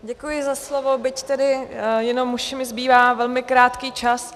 Děkuji za slovo, byť tedy jenom už mi zbývá velmi krátký čas.